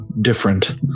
different